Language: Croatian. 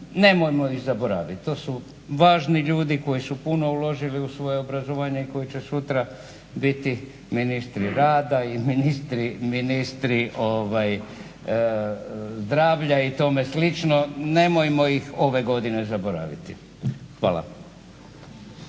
Nemojmo ih zaboraviti. To su važni ljudi koji su puno uložili u svoje obrazovanje i koji će sutra biti ministri rada i ministri zdravlja i tome slično. Nemojmo ih ove godine zaboraviti. Hvala.